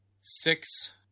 six